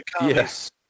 Yes